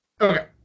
Okay